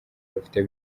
rufite